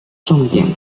重点